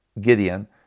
Gideon